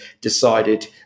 decided